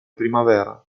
primavera